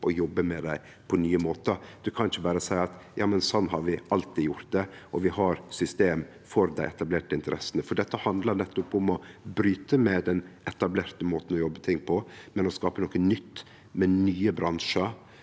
og jobbe med dei på nye måtar. Ein kan ikkje berre seie at slik har vi alltid gjort det, og vi har system for dei etablerte interessene. Dette handlar nettopp om å bryte med den etablerte måten å jobbe med ting på, å skape noko nytt, med nye bransjar